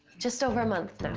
just over a month now.